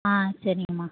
சரிங்கம்மா